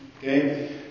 Okay